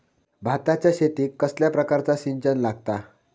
भाताच्या शेतीक कसल्या प्रकारचा सिंचन लागता?